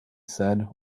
said